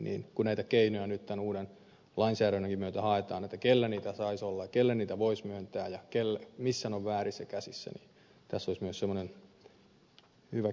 kun näitä keinoja nyt tämän uuden lainsäädännönkin myötä haetaan kellä niitä saisi olla ja kelle niitä voisi myöntää ja missä ne ovat väärissä käsissä niin tässä olisi myös semmoinen hyvä keino siihen